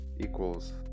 equals